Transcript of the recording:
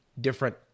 different